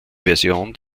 version